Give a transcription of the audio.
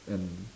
and